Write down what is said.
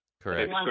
Correct